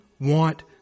want